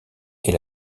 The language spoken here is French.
est